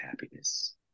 happiness